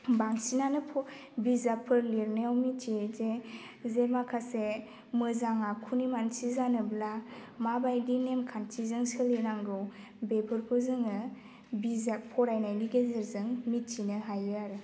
बांसिनआनो बिजाबफोर लिरनायाव मिथियो जे जे माखासे मोजां आखुनि मानसि जानोब्ला माबायदि नेम खान्थिजों सोलिनांगौ बेफोरखौ जोङो बिजाब फरायनायनि गेजेरजों मिथिनो हायो आरो